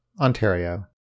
Ontario